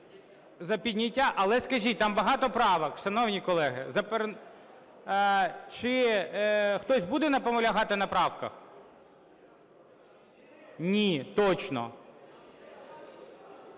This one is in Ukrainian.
за підняття. Але скажіть, там багато правок? Шановні колеги, чи хтось буде наполягати на правках? Ні, точно?